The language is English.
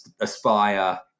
aspire